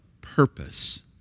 purpose